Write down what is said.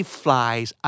flies